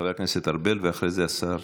חבר הכנסת ארבל ואחרי זה השר.